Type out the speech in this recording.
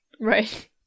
Right